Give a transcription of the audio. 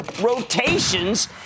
rotations